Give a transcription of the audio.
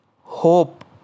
hope